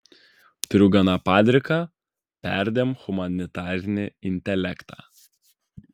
turiu gana padriką perdėm humanitarinį intelektą